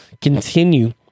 continue